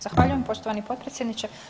Zahvaljujem poštovani potpredsjedniče.